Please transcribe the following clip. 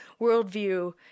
worldview